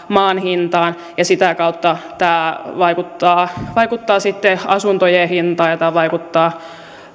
maan hintaan ja sitä kautta tämä vaikuttaa vaikuttaa sitten asuntojen hintaan ja tämä